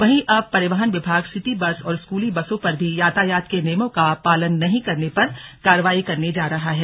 वहीं अब परिवहन विभाग सिटी बस और स्कूली बसों पर भी यातायात के नियमों का पालन नहीं करने पर कार्रवाई करने जा रहा है